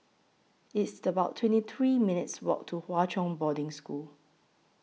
It's about twenty three minutes' Walk to Hwa Chong Boarding School